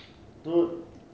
so